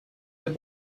deux